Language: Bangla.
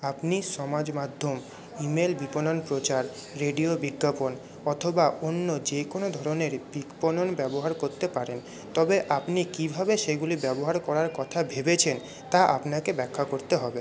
আপনি সমাজ মাধ্যম ইমেইল বিপণন প্রচার রেডিও বিজ্ঞাপন অথবা অন্য যে কোনো ধরণের বিপণন ব্যবহার করতে পারেন তবে আপনি কীভাবে সেগুলি ব্যবহার করার কথা ভেবেছেন তা আপনাকে ব্যাখ্যা করতে হবে